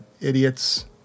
idiots